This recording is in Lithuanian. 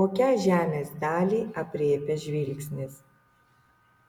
kokią žemės dalį aprėpia žvilgsnis